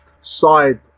side